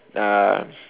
um